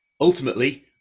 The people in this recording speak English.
Ultimately